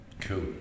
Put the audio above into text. Cool